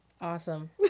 Awesome